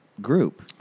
group